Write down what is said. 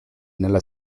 nella